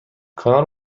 کانال